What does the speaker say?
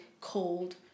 cold